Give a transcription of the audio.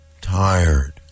Tired